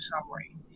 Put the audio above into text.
summary